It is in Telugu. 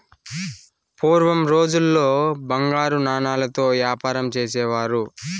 పూర్వం రోజుల్లో బంగారు నాణాలతో యాపారం చేసేవారు